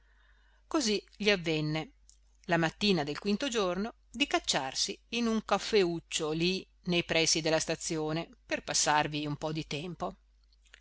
così gli avvenne la mattina del quinto giorno di cacciarsi in un caffeuccio lì nei pressi della stazione per passarvi un po di tempo